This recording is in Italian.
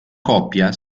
coppia